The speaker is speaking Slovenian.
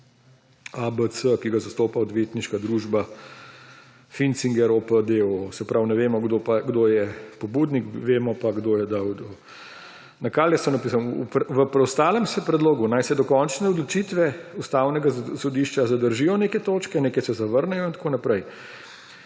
C., ki ga zastopa odvetniška družba Fincinger, o. p., d. o. o., se pravi, ne vemo, kdo je pobudnik. Vemo pa, kdo je dal. Piše, da v preostalem se predlog, naj se do končne odločitve Ustavnega sodišča zadržijo neke točke, neke se zavrnejo in tako naprej.